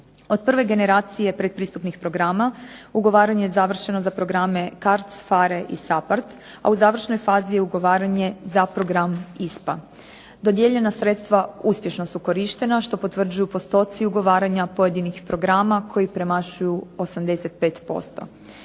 Od prve generacije predpristupnih programa, ugovaranje je završeno za programe CARDS, PHARE i SAPHARD, a u završnoj fazi je ugovaranje za program ISPA. Dodijeljena sredstva uspješno su korištena, što potvrđuju postoci ugovaranja pojedinih programa koji premašuju 85%.